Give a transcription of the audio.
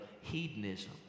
hedonism